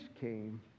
came